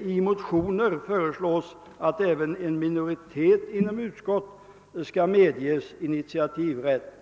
I motioner föreslås att även åt en minoritet inom ett utskott skall medges initiativrätt.